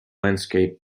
landscape